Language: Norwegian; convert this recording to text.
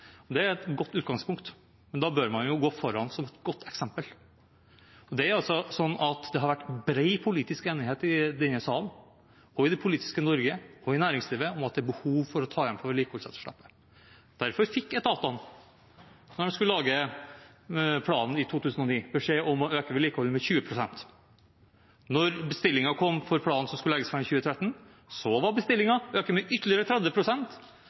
Det er et godt utgangspunkt, men da bør man jo gå foran som et godt eksempel. Det har vært bred politisk enighet i denne sal, i det politiske Norge og i næringslivet om at det er behov for å ta igjen vedlikeholdsetterslepet. Derfor fikk etatene, da de skulle lage planen i 2009, beskjed om å øke vedlikeholdet med 20 pst. Da bestillingen kom for planen som skulle legges fram i 2013, var bestillingen å øke med ytterligere